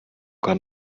kann